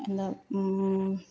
എന്താണ്